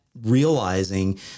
realizing